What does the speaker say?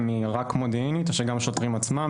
אם היא רק מודיעינית או שגם השוטרים עצמם,